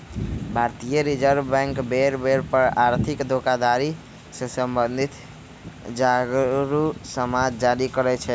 भारतीय Reserve Bank बेर बेर पर आर्थिक धोखाधड़ी से सम्बंधित जागरू समाद जारी करइ छै